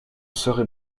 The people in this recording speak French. serai